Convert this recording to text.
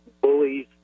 bullies